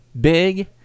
big